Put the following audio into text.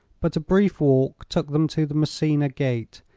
but a brief walk took them to the messina gate,